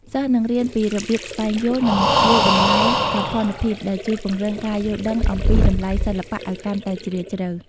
សិស្សនឹងរៀនពីរបៀបស្វែងយល់ និងវាយតម្លៃសោភណភាព ដែលជួយពង្រឹងការយល់ដឹងអំពីតម្លៃសិល្បៈឲ្យកាន់តែជ្រាលជ្រៅ